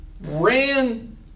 ran